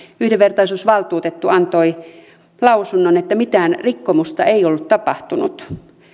yhdenvertaisuusvaltuutettu antoi lausunnon että mitään rikkomusta ei ollut tapahtunut